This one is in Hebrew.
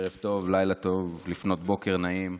ערב טוב, לילה טוב, לפנות בוקר נעים.